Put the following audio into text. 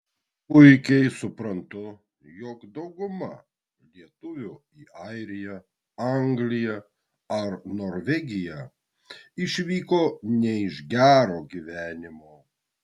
puikiai suprantu jog dauguma lietuvių į airiją angliją ar norvegiją išvyko ne iš gero gyvenimo